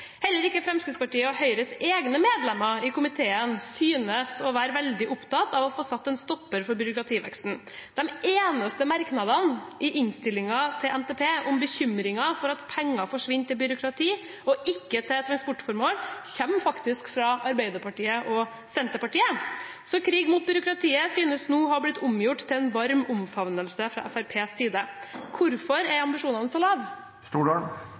Heller ikke Fremskrittspartiets og Høyres egne medlemmer i komiteen synes å være veldig opptatt av å få satt en stopper for byråkrativeksten. De eneste merknadene i innstillingen til NTP om bekymring for at penger forsvinner til byråkrati og ikke til transportformål, kommer faktisk fra Arbeiderpartiet og Senterpartiet. Så krig mot byråkratiet synes nå å ha blitt omgjort til en varm omfavnelse fra Fremskrittspartiets side. Hvorfor er ambisjonene så